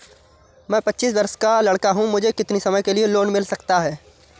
मैं पच्चीस वर्ष का लड़का हूँ मुझे कितनी समय के लिए लोन मिल सकता है?